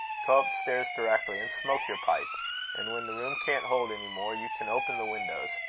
go up stairs directly, and smoke your pipe and when the room can't hold any more, you can open the windows.